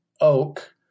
oak